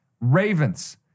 Ravens